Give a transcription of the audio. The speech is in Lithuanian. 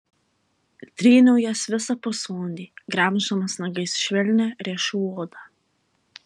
tryniau jas visą pusvalandį gremždamas nagais švelnią riešų odą